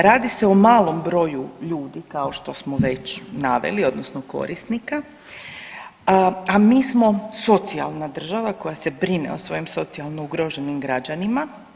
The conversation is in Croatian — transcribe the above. Radi se o malom broju ljudi kao što smo već naveli odnosno korisnika, a mi smo socijalna država koja se brine o svojim socijalno ugroženim građanima.